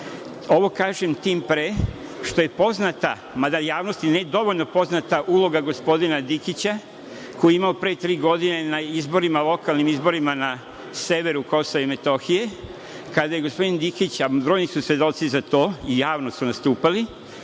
kažem tim pre što je poznata, mada javnosti ne dovoljno poznata uloga gospodina Dikića, koji je imao pre tri godine na lokalnim izborima na severu Kosova i Metohije, kada je gospodin Dikić, a brojni su svedoci za to, i javno su nastupali,